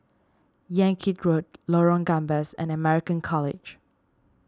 Yan Kit Road Lorong Gambas and American College